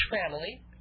family